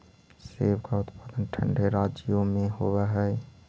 सेब का उत्पादन ठंडे राज्यों में होव हई